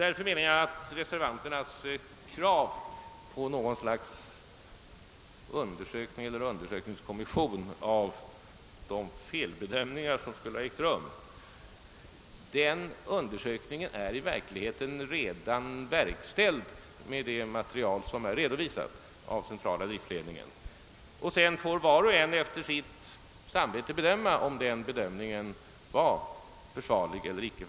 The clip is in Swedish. Jag menar därför att reservanternas krav på en kommission för undersökning av de »felbedömningar», som skulle ha ägt rum, i verkligheten redan är tillgodosett med det material som centrala driftledningen redovisat. Var och en får sedan efter sitt samvete avgöra om den gjorda bedömningen var försvarlig eller icke.